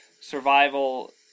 survival